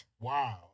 Wow